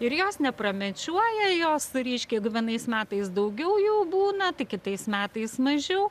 ir jos nepramečiuoja jos reiškia jeigu vienais metais daugiau jų būna tai kitais metais mažiau